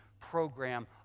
program